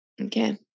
Okay